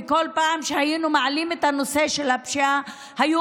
כל פעם שהיינו מעלים את הנושא של הפשיעה היו